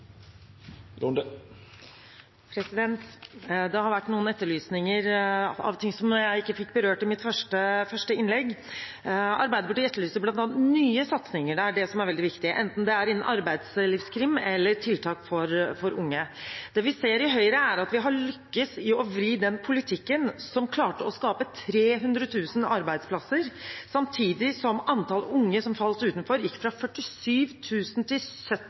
Det har kommet noen etterlysninger i forbindelse med ting jeg ikke fikk berørt i mitt første innlegg. Arbeiderpartiet etterlyser bl.a. nye satsinger – det er det som er veldig viktig, enten det er innen arbeidslivskriminalitet eller tiltak for unge. Det vi ser i Høyre, er at vi har lyktes i å vri den politikken som klarte å skape 300 000 arbeidsplasser, samtidig som antall unge som falt utenfor, gikk fra 47 000 til